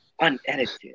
unedited